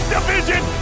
Division